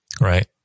Right